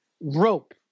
rope